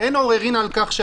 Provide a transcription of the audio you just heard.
--- החוק מתייחס לשניהם.